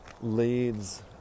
leads